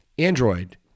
Android